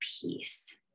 peace